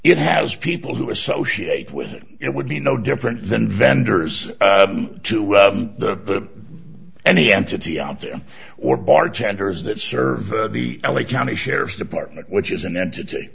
it has people who associate with it would be no different than vendors to the any entity out there or bartenders that serve the l a county sheriff's department which is an entity